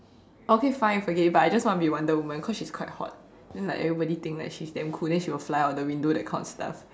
okay fine forget it but I just want to be wonder woman cause she's quite hot then like everybody think that she's damn cool then she will fly out of the window that kind of stuff